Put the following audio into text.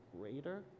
greater